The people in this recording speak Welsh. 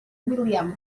william